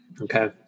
okay